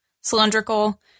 cylindrical